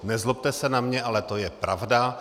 Nezlobte se na mě, ale to je pravda.